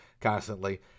constantly